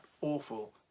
awful